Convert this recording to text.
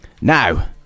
Now